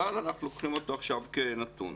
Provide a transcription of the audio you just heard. אבל אנחנו לוקחים אותו עכשיו כנתון.